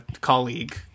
colleague